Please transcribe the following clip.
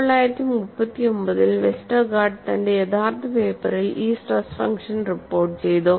1939 ൽ വെസ്റ്റർഗാർഡ് തന്റെ യഥാർത്ഥ പേപ്പറിൽ ഈ സ്ട്രെസ് ഫങ്ഷൻ റിപ്പോർട്ട് ചെയ്തു